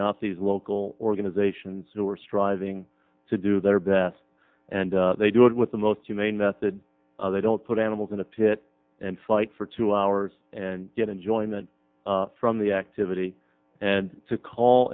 not these local organizations who are striving to do their best and they do it with the most humane method they don't put animals in a pit and fly for two hours and get enjoyment from the activity and to call